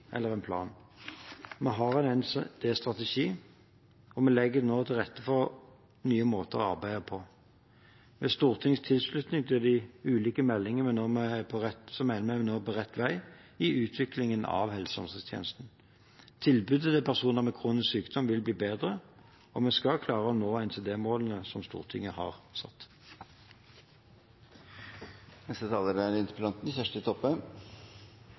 eller en plan. Vi har en NCD-strategi, og vi legger nå til rette for nye måter å arbeide på. Ved Stortingets tilslutning til de ulike meldingene, mener vi nå at vi er på rett vei i utviklingen av helse- og omsorgstjenestene. Tilbudet til personer med kronisk sykdom vil bli bedre, og vi skal klare å nå NCD-målene som Stortinget har satt. Vi har fått ein NCD-strategi som er